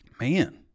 Man